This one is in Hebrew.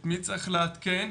את מי צריך לעדכן,